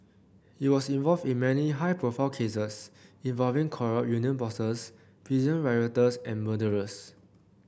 he was involved in many high profile cases involving corrupt union bosses prison rioters and murderers